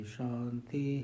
Shanti